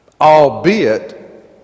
albeit